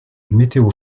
météo